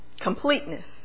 completeness